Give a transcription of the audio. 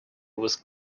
was